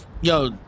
Yo